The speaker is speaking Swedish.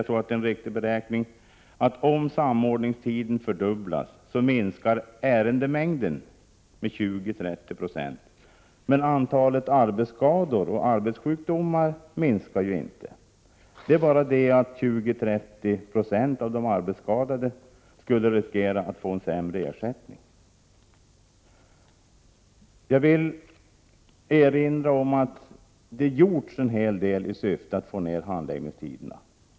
Ärendemängden skulle alltså, om samordningstiden fördubblas, minska med 20-30 20. Antalet arbetsskador och arbetssjukdomar minskar emellertid inte, men 20-30 96 av de arbetsskadade skulle riskera att få en sämre ersättning. Jag vill erinra om att det gjorts en hel del i syfte att minska handläggningstiderna.